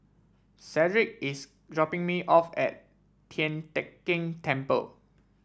Cedrick is dropping me off at Tian Teck Keng Temple